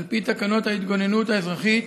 על פי תקנות ההתגוננות האזרחית,